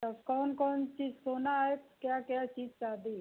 और कौन कौन चीज़ सोना है क्या क्या चीज़ चांदी है